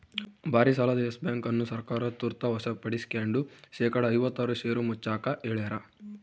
ಭಾರಿಸಾಲದ Yes Bank ಅನ್ನು ಸರ್ಕಾರ ತುರ್ತ ವಶಪಡಿಸ್ಕೆಂಡು ಶೇಕಡಾ ಐವತ್ತಾರು ಷೇರು ಮುಚ್ಚಾಕ ಹೇಳ್ಯಾರ